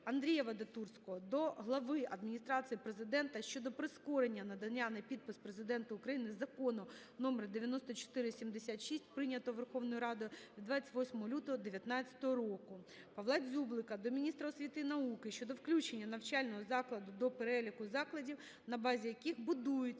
Андрія Вадатурського до глави Адміністрації Президента України щодо прискорення надання на підпис Президенту України Закону № 9476, прийнятого Верховною Радою України від 28 лютого 2019 року.. Павла Дзюблика до міністра освіти і науки щодо включення навчального закладу до переліку закладів, на базі яких будуть